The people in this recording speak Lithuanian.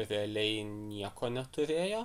realiai nieko neturėjo